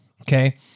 Okay